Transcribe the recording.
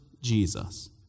Jesus